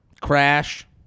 Crash